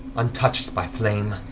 untouched by flame,